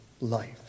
life